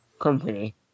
company